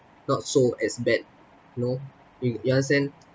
not so as bad you know you you understand